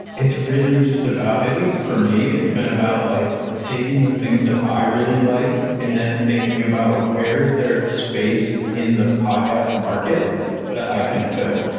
it's really just about at least for me, it's been about like taking the things that i really like and then thinking about where is there a space in the podcast market that i can fill.